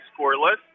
scoreless